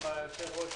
עם יושב-ראש